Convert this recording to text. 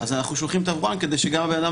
לכן אנחנו שולחים תברואן גם כדי שהבן אדם